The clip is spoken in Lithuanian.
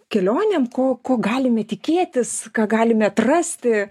kelionėm ko ko galime tikėtis ką galime atrasti